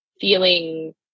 feeling